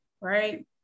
right